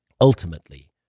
ultimately